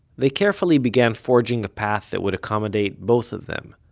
they carefully began forging a path that would accommodate both of them.